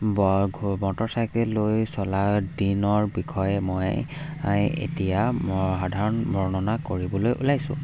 motorcycle লৈ চলা দিনৰ বিষয়ে মই এতিয়া সাধাৰণ বৰ্ণনা কৰিবলৈ ওলাইছোঁ